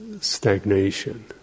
stagnation